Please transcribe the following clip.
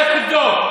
לך תבדוק.